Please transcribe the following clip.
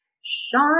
Sean